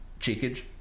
Cheekage